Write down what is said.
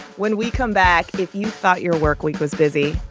when we come back, if you thought your workweek was busy,